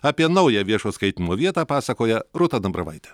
apie naują viešo skaitymo vietą pasakoja rūta dambravaitė